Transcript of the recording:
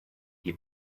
die